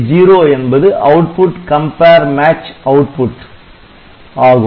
OC0 என்பது output compare match output ஆகும்